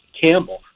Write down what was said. Campbell